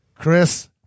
Chris